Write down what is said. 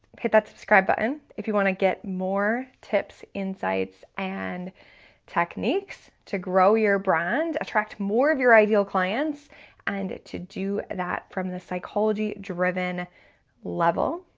hit that subscribe button, if you wanna get more tips, insights and techniques to grow your brand. attract more of your ideal clients and to do that from the phycology driven level.